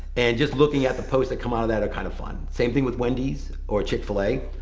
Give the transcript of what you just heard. and just looking at the posts that come out of that are kind of fun. same thing with wendy's or chick-fil-a